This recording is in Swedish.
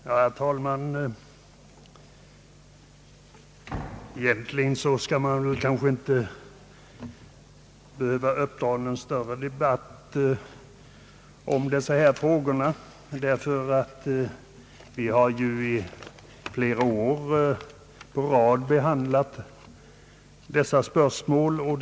Herr talman! Egentligen behövs det väl inte någon större debatt om dessa frågor. Vi har ju behandlat dem flera år i rad, och någonting nytt har inte framkommit.